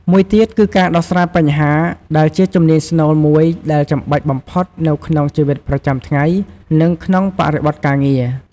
មួយទៀតគឺការដោះស្រាយបញ្ហា ដែលជាជំនាញស្នូលមួយដែលចាំបាច់បំផុតនៅក្នុងជីវិតប្រចាំថ្ងៃ និងក្នុងបរិបទការងារ។